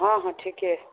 हँ हँ ठीके अइ